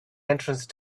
entrance